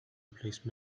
replace